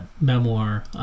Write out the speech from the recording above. memoir